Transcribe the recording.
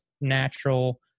natural